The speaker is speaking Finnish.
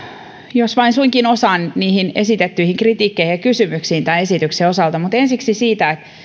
jos vain suinkin osaan esitettyihin kritiikkeihin ja kysymyksiin tämän esityksen osalta mutta palaan ensiksi siihen